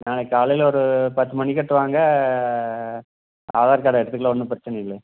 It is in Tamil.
நாளைக்கு காலையில் ஒரு பத்து மணிக்கு கிட்டே வாங்க ஆதார் கார்டு எடுத்துக்கலாம் ஒன்றும் பிரச்சினை இல்லைங்க